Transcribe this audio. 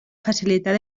facilitar